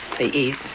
they eat,